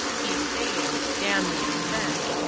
he saying damn the expense,